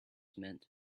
meant